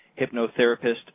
hypnotherapist